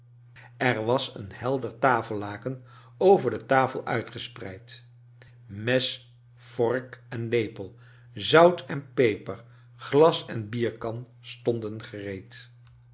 er was een helder tafcllaken over de tafel uitgespreid mes vork en lepel zout en peper glas en bierkan stonden gereed